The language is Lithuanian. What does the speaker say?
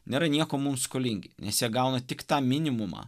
nėra nieko mums skolingi nes jie gauna tik tą minimumą